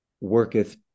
worketh